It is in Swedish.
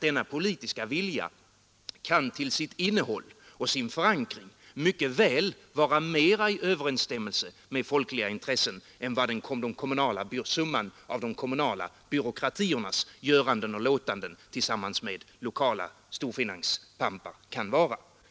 Denna politiska vilja kan nämligen till sitt innehåll och i sin förankring mycket väl vara mera i överensstämmelse med folkliga intressen än vad summan av de kommunala byråkratiernas göranden och låtanden tillsammans med lokala storfinanspampar kan vara.